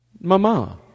Mama